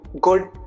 good